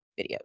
videos